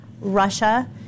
Russia